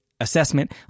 assessment